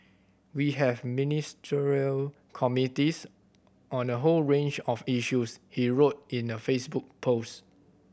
we have Ministerial committees on a whole range of issues he wrote in a Facebook post